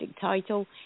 title